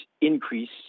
increase